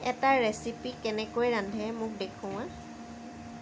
এটা ৰেচিপি কেনেকৈ ৰান্ধে মোক দেখুওৱা